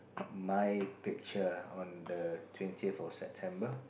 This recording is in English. my picture on the twentieth of September